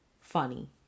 funny